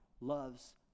loves